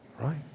Right